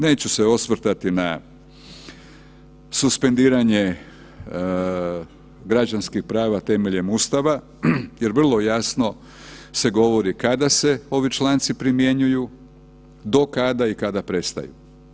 Neću se osvrtati na suspendiranje građanskih prava temeljem Ustava jer vrlo jasno se govori kada se ovi članci primjenjuju, do kada i kada prestaju.